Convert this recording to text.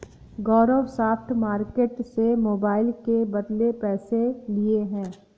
गौरव spot market से mobile के बदले पैसे लिए हैं